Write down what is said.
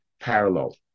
parallel